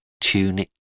tunic